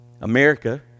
America